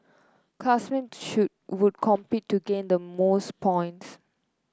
classmates should would compete to gain the most points